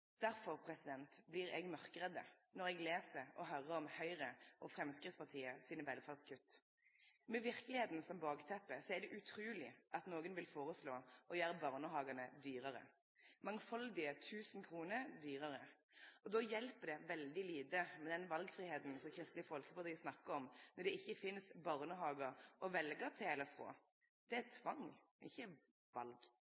blir eg mørkredd når eg les og høyrer om velferdskutta til Høgre og Framstegspartiet. Med verkelegheita som bakteppe er det utruleg at nokre vil foreslå å gjere barnehagane dyrare – mangfaldige tusen kroner dyrare. Då hjelper det veldig lite med den valfridomen som Kristeleg Folkeparti snakkar om, når det ikkje finst barnehagar å